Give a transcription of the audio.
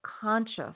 conscious